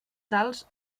salts